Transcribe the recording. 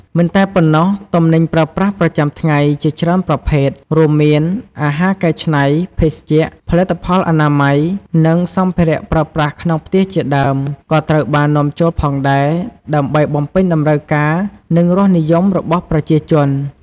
មិនតែប៉ុណ្ណោះ ទំនិញប្រើប្រាស់ប្រចាំថ្ងៃ ជាច្រើនប្រភេទ រួមមានអាហារកែច្នៃ ភេសជ្ជៈ ផលិតផលអនាម័យ និងសម្ភារៈប្រើប្រាស់ក្នុងផ្ទះជាដើម ក៏ត្រូវបាននាំចូលផងដែរ ដើម្បីបំពេញតម្រូវការ និងរសនិយមរបស់ប្រជាជន។